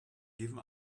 given